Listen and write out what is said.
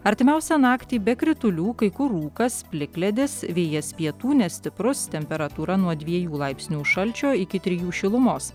artimiausią naktį be kritulių kai kur rūkas plikledis vėjas pietų nestiprus temperatūra nuo dviejų laipsnių šalčio iki trijų šilumos